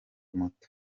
moto